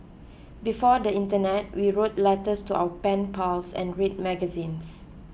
before the internet we wrote letters to our pen pals and read magazines